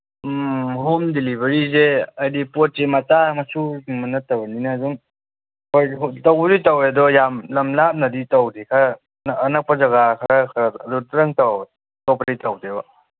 ꯎꯝ ꯍꯣꯝ ꯗꯤꯂꯤꯚꯔꯤꯁꯦ ꯍꯥꯏꯕꯗꯤ ꯄꯣꯠꯁꯤ ꯃꯆꯥ ꯃꯁꯨꯒꯨꯝꯕ ꯅꯠꯇꯕꯅꯤꯅ ꯑꯗꯨꯝ ꯇꯧꯕꯕꯨꯗꯤ ꯇꯧꯋꯦ ꯑꯗꯣ ꯌꯥꯝ ꯂꯝ ꯂꯥꯞꯅꯗꯤ ꯇꯧꯗꯦ ꯈꯔ ꯑꯅꯛꯄ ꯖꯒꯥ ꯈꯔ ꯈꯔꯗꯪ ꯇꯧꯋꯦ ꯑꯇꯣꯞꯄꯗꯤ ꯇꯧꯗꯦꯕ